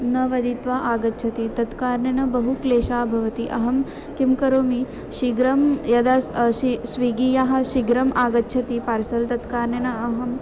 न वदित्वा आगच्छति तत्कारणेन बहुक्लेशः भवति अहं किं करोमि शीघ्रं यदा शीघ्रं स्विगी यः शीघ्रम् आगच्छति पार्सल् तेन कारणेन अहं